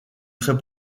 très